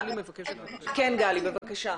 גלי, בבקשה.